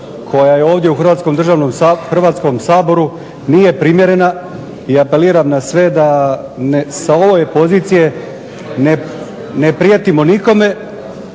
koja je ovdje u Hrvatskom saboru nije primjerena i apeliram na sve da ne sa ove pozicije ne prijetimo nikome,